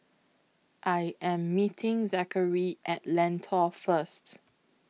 I Am meeting Zackery At Lentor First